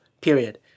Period